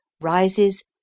rises